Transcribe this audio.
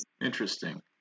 Interesting